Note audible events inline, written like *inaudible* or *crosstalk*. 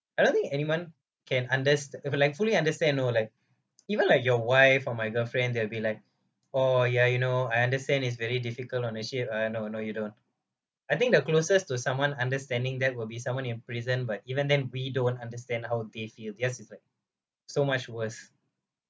I don't think anyone can unders~ uh like fully understand you know like *breath* even like your wife or my girlfriend they will be like *breath* oh ya you know I understand is very difficult on a ship I know I know you don't I think the closest to someone understanding that will be someone in prison but even then we don't understand how they feel theirs is like so much worse